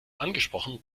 angesprochen